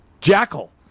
Jackal